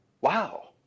wow